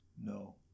no